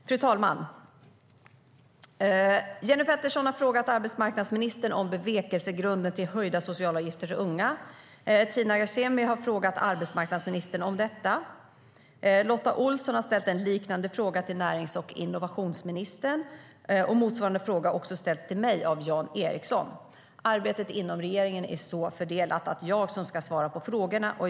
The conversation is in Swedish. Fru talman! Jenny Petersson har frågat arbetsmarknadsministern om bevekelsegrunden till de höjda socialavgifterna för unga. Även Tina Ghasemi har frågat arbetsmarknadsministern om detta. Lotta Olsson har ställt en liknande fråga till närings och innovationsministern. Motsvarande fråga har också ställts till mig av Jan Ericson. Arbetet inom regeringen är så fördelat att det är jag som ska svara på frågorna.